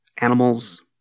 animals